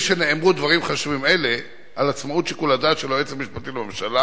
משנאמרו דברים חשובים אלה על עצמאות שיקול הדעת של היועץ המשפטי לממשלה,